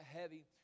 heavy